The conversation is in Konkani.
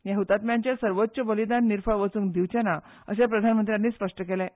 ह्या ह्तात्म्यांचे सर्वोच्च बलिदान निर्फळ वचुंक दिवचेना अशेंय प्रधानमंत्र्यानी स्पश्ट केलें